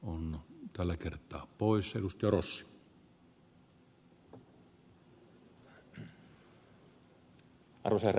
on helppo jatkaa tuosta ed